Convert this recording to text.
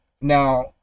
now